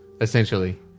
essentially